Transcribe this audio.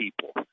people